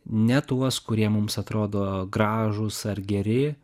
ne tuos kurie mums atrodo gražūs ar geri